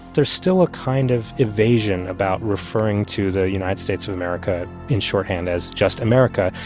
there's still a kind of evasion about referring to the united states of america in shorthand as just america.